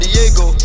Diego